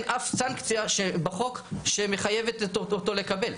אף סנקציה בחוק שמחייבת אותו לענוד.